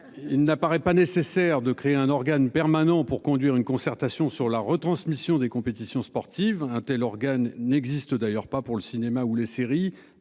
Il n'apparaît pas nécessaire de créer un organe permanent pour conduire une concertation sur la retransmission des compétitions sportives un tel organe n'existe d'ailleurs pas pour le cinéma ou les séries.